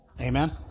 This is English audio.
Amen